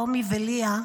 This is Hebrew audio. רומי וליה,